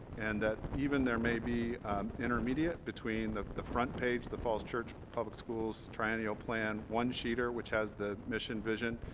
and that even there may be intermediate between the the front page the falls church public schools triennial plan one sheeter which has the mission vision